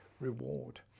reward